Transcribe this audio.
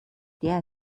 der